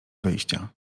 wyjścia